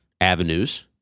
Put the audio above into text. avenues